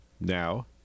Now